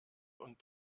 und